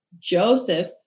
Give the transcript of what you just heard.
Joseph